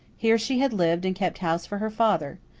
here she had lived and kept house for her father.